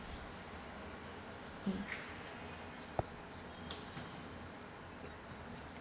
mm